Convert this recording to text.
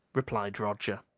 replied roger.